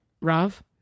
Rav